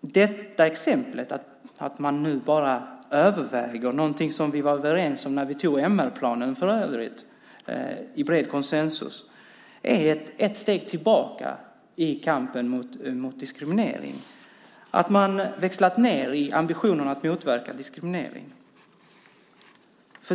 det faktum att man nu bara överväger det som vi var överens om när vi antog MR-planen, för övrigt i bred konsensus, är ett steg tillbaka i kampen mot diskriminering, att man växlat ned vad gäller ambitionerna att motverka diskriminering.